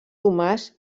tomàs